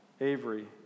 Avery